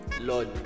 Lord